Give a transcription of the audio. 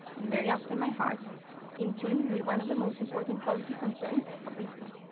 and very often my heart in tune with one of the most important policy concerns of this time,